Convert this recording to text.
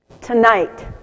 tonight